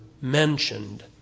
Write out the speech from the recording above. mentioned